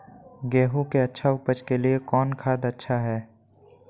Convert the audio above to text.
गेंहू के अच्छा ऊपज के लिए कौन खाद अच्छा हाय?